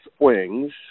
swings